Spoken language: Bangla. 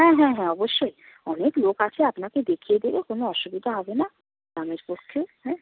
হ্যাঁ হ্যাঁ হ্যাঁ অবশ্যই অনেক লোক আছে আপনাকে দেখিয়ে দেবে কোনো অসুবিধা হবে না পক্ষে হ্যাঁ